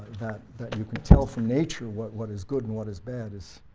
that you can tell from nature what what is good and what is bad is